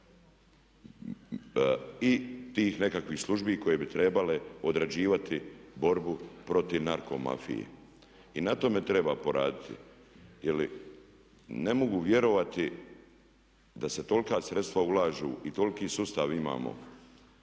i tih nekakvih službi koje bi trebale odrađivati borbu protiv narko mafije. I na tome treba poraditi. Jer ne mogu vjerovati da se tolika sredstva ulažu i toliki sustav imamo